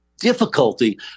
difficulty